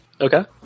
Okay